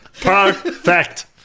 perfect